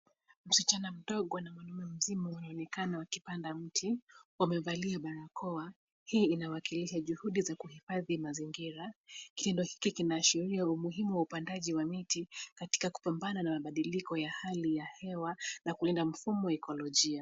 Msichana mdogo na mwanaume mzima wanaonekana wakipanda mti. Wamevalia barakoa. Hii inawakilisha juhudi za kuhifadhi mazingira. Kitendo hiki kinaashiria umuhimu wa upandaji wa miti katika kupambana na mabadiliko ya hali hewa na kulinda mfumo wa ekolojia.